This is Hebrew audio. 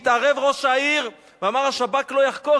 התערב ראש העיר ואמר: השב"כ לא יחקור.